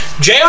Jr